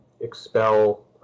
expel